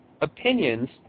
Opinions